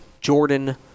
Jordan